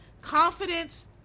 confidence